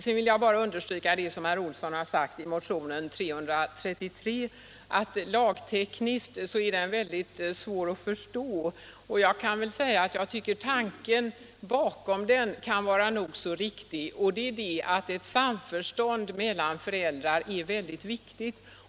Jag vill sedan understryka det som herr Olsson i Sundsvall har sagt om motionen 333, att den lagtekniskt är svår att förstå, men jag tycker att tanken bakom den kan vara nog så riktig: att ett samförstånd melian föräldrar är mycket viktig.